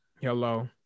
Hello